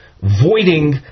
voiding